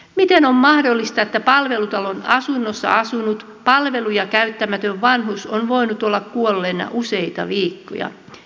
miten on mahdollista että palvelutalon asunnossa asunut palveluja käyttämätön vanhus on voinut olla kuolleena useita viikkoja